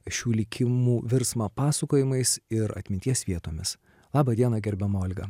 šių likimų virsmą pasakojimais ir atminties vietomis laba diena gerbiama olga